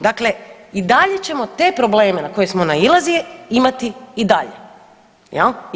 Dakle, i dalje ćemo te probleme na koje smo nailazili, imati i dalje, je li?